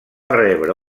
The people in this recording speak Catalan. rebre